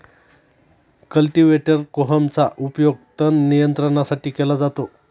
cultivator कोहमचा उपयोग तण नियंत्रणासाठी केला जातो